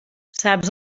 saps